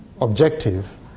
objective